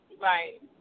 Right